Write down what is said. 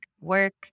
work